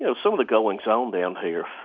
you know some of the goings-on down here.